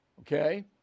okay